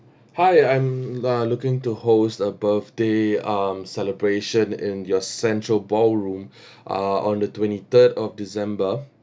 hi I'm uh looking to host a birthday um celebration in your central ballroom uh on the twenty third of december